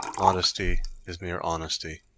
modesty is mere honesty